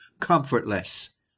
comfortless